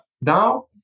now